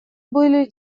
были